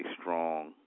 strong